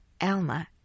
Alma